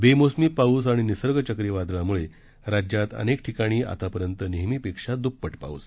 बेमोसमी पाऊस आणि निसर्ग चक्रीवादळामूळं राज्यात अनेक ठिकाणी आतापर्यंत नेहमीपेक्षा दृप्पट पाऊस